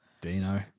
Dino